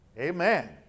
Amen